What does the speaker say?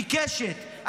עיקשת,